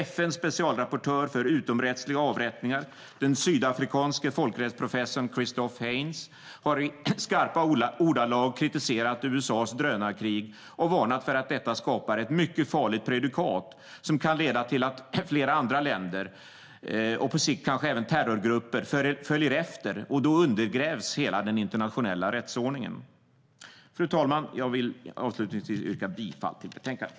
FN:s specialrapportör för utomrättsliga avrättningar, den sydafrikanske folkrättsprofessorn Christof Heyns, har i skarpa ordalag kritiserat USA:s drönarkrig och varnat för att detta skapar ett mycket farligt prejudikat som kan leda till att flera andra länder, och på sikt kanske även terrorgrupper, följer efter. Då undergrävs hela den internationella rättsordningen. Fru talman! Jag yrkar avslutningsvis bifall till utskottets förslag i betänkandet.